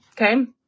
okay